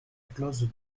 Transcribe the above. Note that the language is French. clause